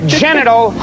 genital